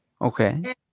okay